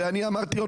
אמרתי,